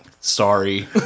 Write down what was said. Sorry